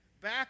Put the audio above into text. back